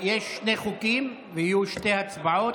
ובכן, יש שני חוקים ויהיו שתי הצבעות.